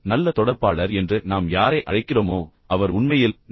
ஒரு நல்ல தொடர்பாளராக நாம் யாரை அழைக்கிறோமோ அவர் உண்மையில் ஒரு நல்ல மனிதர்